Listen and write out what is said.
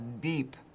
deep